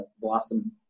blossom